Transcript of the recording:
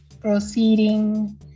proceeding